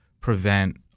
prevent